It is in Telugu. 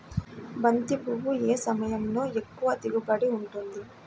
బంతి పువ్వు ఏ సమయంలో ఎక్కువ దిగుబడి ఉంటుంది?